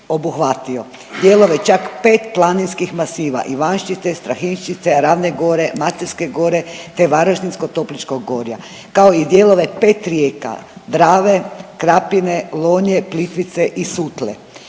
obuhvatio dijelove čak 5 planinskih masiva Ivanščice, Strahinjčice, Ravne Gore, Maceljske Gore te Varaždinsko Topličkog gorja kao i dijelove 5 rijeka Drave, Krapine, Lonje, Plitvice i Sutle.